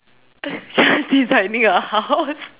designing a house